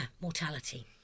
mortality